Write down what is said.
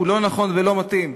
הוא לא נכון ולא מתאים.